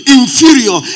inferior